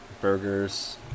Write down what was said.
burgers